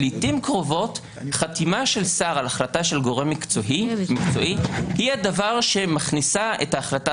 לעתים קרובות חתימה של שר על גורם מקצועי היא הדבר שמכניס את ההחלטה